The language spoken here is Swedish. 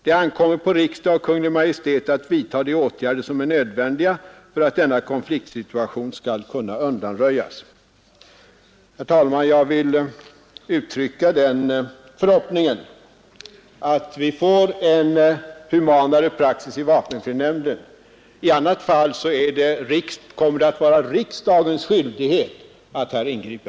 Det ankommer på riksdag och Kungl. Maj:t att vidta de åtgärder, som är nödvändiga för att denna konfliktsituation skall kunna undanröjas.” Herr talman! Jag vill uttrycka den förhoppningen att vi får en mera human praxis i vapenfrinämnden. I annat fall kommer det att vara riksdagens skyldighet att här ingripa.